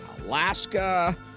Alaska